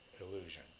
illusion